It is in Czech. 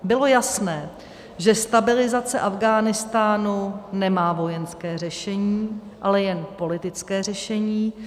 Bylo jasné, že stabilizace Afghánistánu nemá vojenské řešení, ale jen politické řešení.